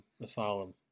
Asylum